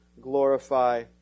glorify